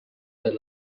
the